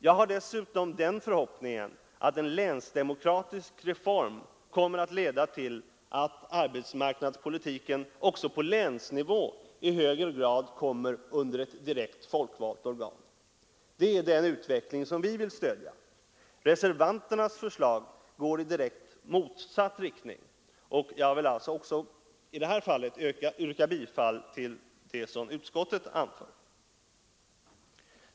Jag har dessutom den förhoppningen att en länsdemokratisk reform kommer att leda till att arbetsmarknadspolitiken också på länsnivå i högre grad kommer under ett direkt folkvalt organ. Det är den utveckling som vi vill stödja. Reservanternas förslag går i direkt motsatt riktning, och jag vill även i det här fallet yrka bifall till utskottets förslag.